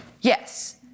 Yes